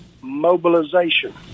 Mobilization